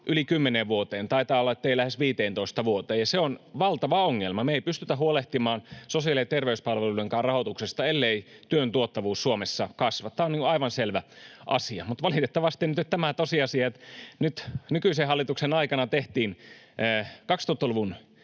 vuoteen, taitaa olla, ettei lähes 15 vuoteen, ja se on valtava ongelma. Me ei pystytä huolehtimaan sosiaali- ja terveyspalveluidenkaan rahoituksesta, ellei työn tuottavuus Suomessa kasva. Tämä on aivan selvä asia, mutta valitettavasti nytten on tosiasia, että nykyisen hallituksen aikana tehtiin 2000-luvun